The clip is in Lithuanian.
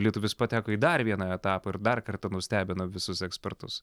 lietuvis pateko į dar vieną etapą ir dar kartą nustebino visus ekspertus